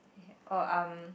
or um